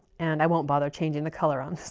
and i won't bother changing the color on so